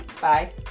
Bye